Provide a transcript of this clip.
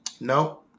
No